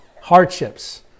hardships